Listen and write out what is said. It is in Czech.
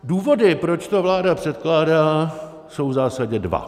Důvody, proč to vláda předkládá jsou v zásadě dva.